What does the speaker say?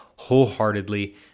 wholeheartedly